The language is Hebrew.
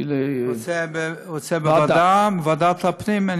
רוצה ועדת הפנים?